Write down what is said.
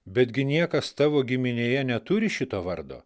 betgi niekas tavo giminėje neturi šito vardo